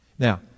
Now